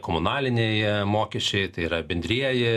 komunaliniai mokesčiai tai yra bendrieji